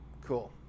Cool